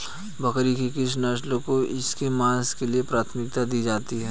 बकरी की किस नस्ल को इसके मांस के लिए प्राथमिकता दी जाती है?